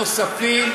השימושים הנוספים,